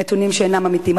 נתונים שאינם אמיתיים,